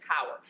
power